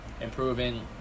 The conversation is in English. improving